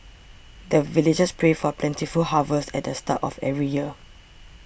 the villagers pray for plentiful harvest at the start of every year